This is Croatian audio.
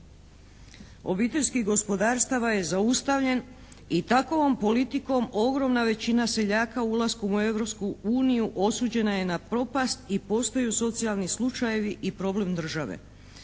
obiteljskih gospodarstava je zaustavljen i takovom politikom ogromna većina seljaka ulaskom u Europsku uniju osuđena je na propast i postaju socijalni slučajevi i problem države.